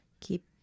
keep